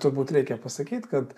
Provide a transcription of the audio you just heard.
turbūt reikia pasakyt kad